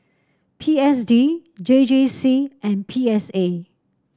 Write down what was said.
P S D J J C and P S A